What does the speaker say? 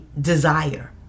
desire